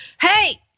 Hey